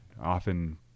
often